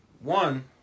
one